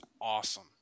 awesome